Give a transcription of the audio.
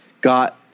got